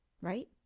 Right